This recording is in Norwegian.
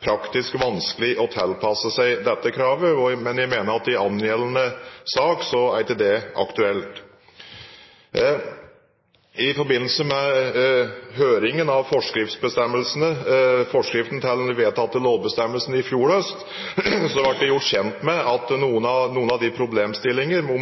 praktisk vanskelig å tilpasse seg dette kravet, men jeg mener at dette ikke er aktuelt i angjeldende sak. I forbindelse med høringen av forskriften til den vedtatte lovbestemmelsen i fjor høst ble jeg gjort kjent med noen av de problemstillingene